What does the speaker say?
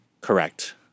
Correct